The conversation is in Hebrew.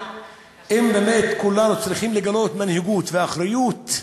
אם באמת כולנו צריכים לגלות מנהיגות ואחריות,